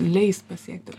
leis pasiekti